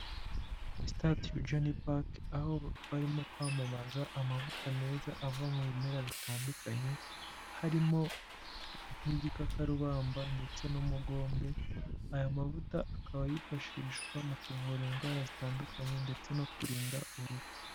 Start your journey park aho barimo kwamamaza amavuta meza ava mu bimera bitandukanye, harimo n'igikakarubamba ndetse n'umugombe, aya mavuta akaba yifashishwa mu kuvura indwara zitandukanye ndetse no kurinda uruhu.